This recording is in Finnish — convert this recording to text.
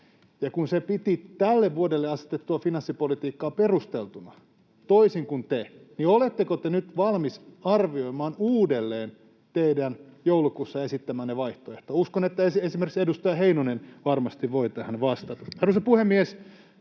ja kun se piti tälle vuodelle asetettua finanssipolitiikkaa perusteltuna, toisin kuin te, niin oletteko te nyt valmiita arvioimaan uudelleen teidän joulukuussa esittämäänne vaihtoehtoa. Uskon, että esimerkiksi edustaja Heinonen varmasti voi tähän vastata. [Timo Heinonen